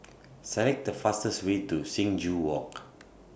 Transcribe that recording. Select The fastest Way to Sing Joo Walk